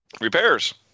Repairs